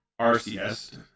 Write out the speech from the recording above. RCS